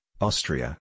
Austria